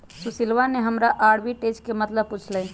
सुशीलवा ने हमरा आर्बिट्रेज के मतलब पूछ लय